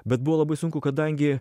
bet buvo labai sunku kadangi